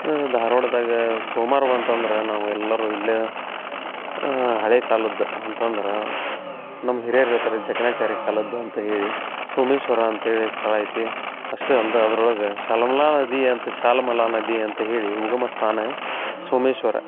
ಧಾರ್ವಾಡದಾಗ ಸೋಮ್ವಾರ ಬಂತು ಅಂದ್ರೆ ನಾವು ಎಲ್ಲರೂ ಇಲ್ಲ ಹಳೆಕಾಲದ್ದು ಅಂತಂದ್ರೆ ನಮ್ಮ ಹಿರಿಯರು ಹೇಳ್ತಾರೆ ಜಕಣಾಚಾರಿ ಕಾಲದ್ದು ಅಂತ ಹೇಳಿ ಸೋಮೇಶ್ವರ ಅಂತ ಹೇಳಿ ಸ್ಥಳ ಐತಿ ಅಷ್ಟೇ ಅಲ್ದೆ ಅದ್ರೊಳಗೆ ಶಲಮ್ಲಾ ನದಿ ಅಂತ ಶಾಲ್ಮಲಾ ನದಿ ಅಂತ ಹೇಳಿ ಉಗಮ ಸ್ಥಾನ ಸೋಮೇಶ್ವರ